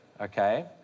okay